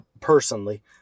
personally